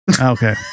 Okay